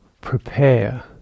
prepare